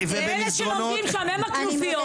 זה אלה שלומדים שם הם הכנופיות.